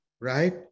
right